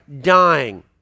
dying